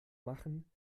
machen